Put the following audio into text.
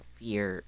fear